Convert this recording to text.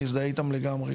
מזדהה איתם לגמרי.